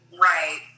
Right